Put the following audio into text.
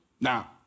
now